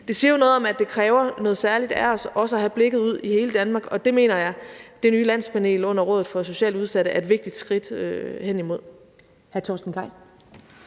Det siger jo noget om, at det kræver noget særligt af os også at have blikket ud i hele Danmark. Og det mener jeg det nye landspanel under Rådet for Socialt Udsatte er et vigtigt skridt hen imod. Kl. 19:17 Første